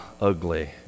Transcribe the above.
ugly